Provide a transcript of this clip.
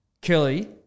Kelly